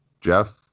Jeff